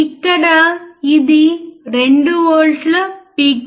ఇప్పుడు మనం దానిని మరో 0